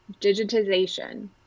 digitization